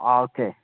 okay